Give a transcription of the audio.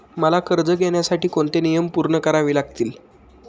मला कर्ज घेण्यासाठी कोणते नियम पूर्ण करावे लागतील?